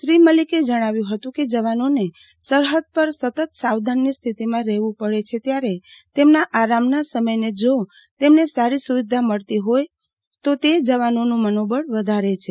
શ્રી મલીકે જણાવ્યુ હતું કે જવાનોને સરહૃદ પર સતત સાવધાનની સ્થિતિમાં રહેવુ પડે છે ત્યારે તેમના આરામના સમયે જો તેમને સારી સુવિધા મળતી જોય તો તે જવાનોનું મનોબળ વધારે છે